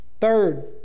third